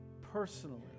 personally